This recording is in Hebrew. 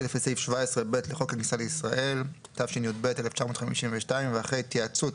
לפי סעיף 17(ב) לחוק הכניסה לישראל התשי"ב-1952 ואחרי התייעצות